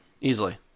Easily